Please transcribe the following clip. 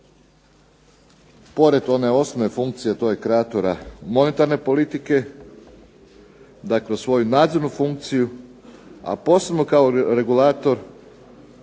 pored one osnovne funkcije, a to je kreatora monetarne politike da kroz svoju nadzornu funkciju a posebno kao regulator